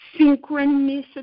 synchronicity